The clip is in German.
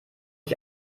ich